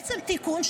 בעצם תיקון,